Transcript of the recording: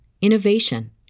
innovation